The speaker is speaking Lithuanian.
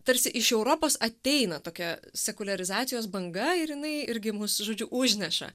tarsi iš europos ateina tokia sekuliarizacijos banga ir jinai irgi mus žodžiu užneša